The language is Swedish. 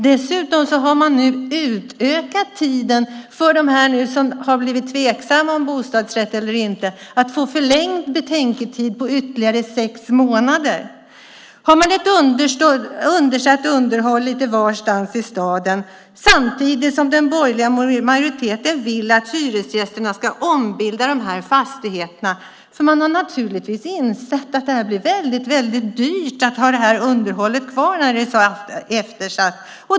Dessutom har de som har blivit tveksamma till bostadsrätt fått förlängd betänketid med ytterligare sex månader. Vi har alltså eftersatt underhåll lite varstans i staden. Samtidigt vill den borgerliga majoriteten att hyresgästerna ska ombilda dessa fastigheter. Man har naturligtvis insett att det blir väldigt dyrt att ha underhållet kvar när det är så eftersatt.